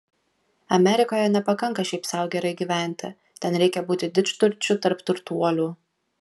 amerikoje nepakanka šiaip sau gerai gyventi ten reikia būti didžturčiu tarp turtuolių